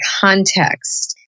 context